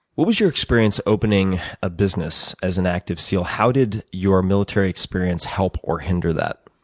what was your experience opening a business as an active seal? how did your military experience help or hinder that?